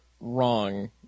wrong